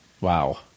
Wow